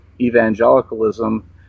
evangelicalism